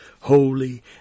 holy